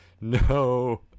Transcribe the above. No